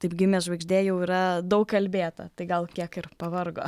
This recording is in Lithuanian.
taip gimė žvaigždė jau yra daug kalbėta tai gal kiek ir pavargo